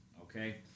Okay